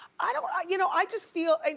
i don't, you know i just feel,